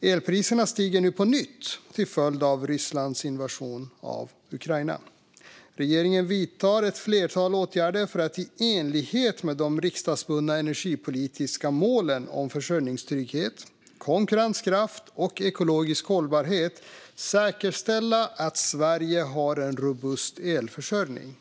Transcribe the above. Elpriserna stiger nu på nytt till följd av Rysslands invasion av Ukraina. Regeringen vidtar ett flertal åtgärder för att i enlighet med de riksdagsbundna energipolitiska målen om försörjningstrygghet, konkurrenskraft och ekologisk hållbarhet säkerställa att Sverige har en robust elförsörjning.